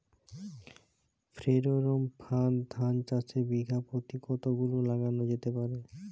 Pheromone ফাঁদ ধান চাষে বিঘা পতি কতগুলো লাগানো যেতে পারে?